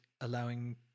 allowing